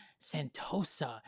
Santosa